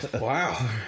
Wow